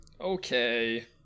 Okay